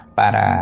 para